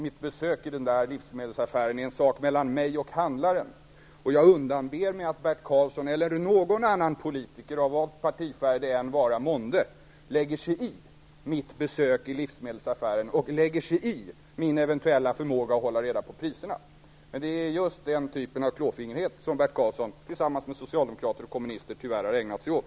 Mitt besök i livsmedelsaffären är en sak mellan mig och handlaren, och jag undanber mig att Bert Karlsson, eller någon annan politiker av vilken partifärg det vara månde, lägger sig i mitt besök i livsmedelsaffären och min eventuella förmåga att hålla reda på priserna. Men det är just den typen av klåfingrighet som Bert Karlsson, tillsammans med socialdemokrater och kommunister, tyvärr har ägnat sig åt.